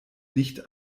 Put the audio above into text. nicht